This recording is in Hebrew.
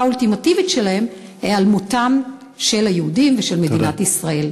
האולטימטיבית שלהם: היעלמותם של היהודים ושל מדינת ישראל.